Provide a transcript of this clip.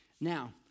Now